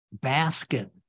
basket